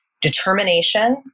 determination